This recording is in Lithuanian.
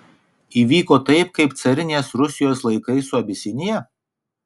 įvyko taip kaip carinės rusijos laikais su abisinija